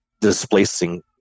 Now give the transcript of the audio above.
displacing